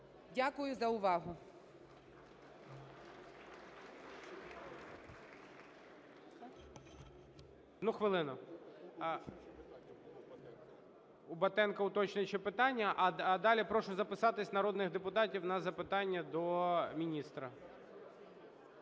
Дякую за увагу.